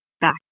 back